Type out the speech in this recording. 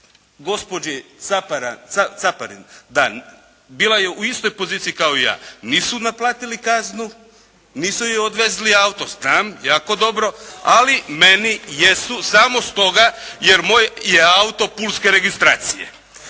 Gospođi Caparin bila je u istoj poziciji kao i ja nisu naplatili kaznu, nisu joj odvezli auto, znam jako dobro, ali meni jesu samo stoga jer moj je auto pulske registracije.